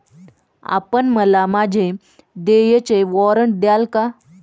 आपण मला माझे देयचे वॉरंट द्याल का?